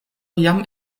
jam